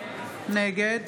נגד